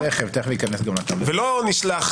ולא נשלח